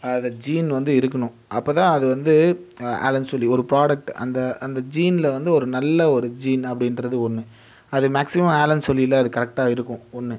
அது ஜீன் வந்து இருக்கணும் அப்போதான் அது வந்து ஆலன் சோலி ஒரு ப்ராடக்ட் அந்த அந்த ஜீன்ஸ்ல வந்து ஒரு நல்ல ஒரு ஜீன் அப்படின்றது ஒன்று அது மேக்ஸிமம் ஆலன் சோலியில் அது கரெக்டாக இருக்கும் ஒன்று